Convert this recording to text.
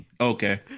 Okay